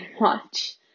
watch